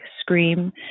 scream